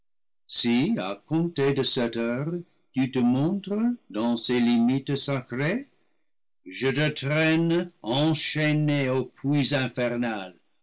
tu te montres dans ces limites sacrées je te traîne enchaîné au puits infernal